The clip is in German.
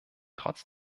trotz